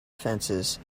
offences